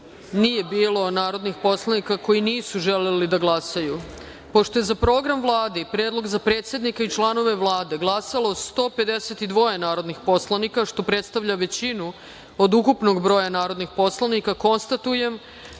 nije bilo narodnih poslanika koji nisu želeli da glasaju. Pošto je za Program Vlade i Predlog za predsednika i članove Vlade glasalo 152 narodnih poslanika, što predstavlja većinu od ukupnog broja narodnih poslanika, konstatujem